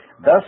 Thus